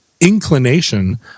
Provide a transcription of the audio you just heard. inclination